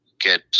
get